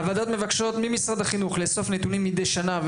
הוועדות מבקשות ממשרד החינוך לאסוף נתונים מדי שנה,